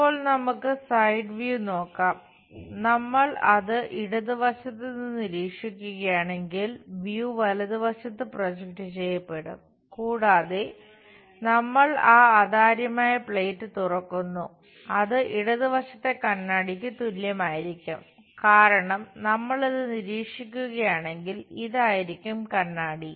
ഇപ്പോൾ നമുക്ക് side view തുറക്കുന്നു അത് ഇടത് വശത്തെ കണ്ണാടിക്ക് തുല്യമായിരിക്കും കാരണം നമ്മൾ ഇത് നിരീക്ഷിക്കുകയാണെങ്കിൽ ഇതായിരിക്കും കണ്ണാടി